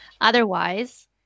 otherwise